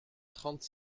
trente